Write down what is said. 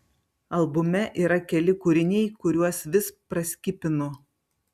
albume yra keli kūriniai kuriuos vis praskipinu